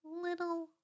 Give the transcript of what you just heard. little